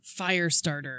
Firestarter